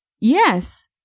Yes